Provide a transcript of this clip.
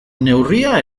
neurria